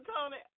Tony